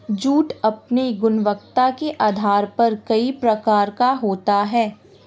jute अपनी गुणवत्ता के आधार पर कई प्रकार का होता है